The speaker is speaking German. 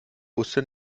wusste